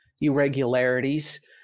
irregularities